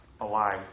alive